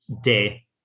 day